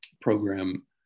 program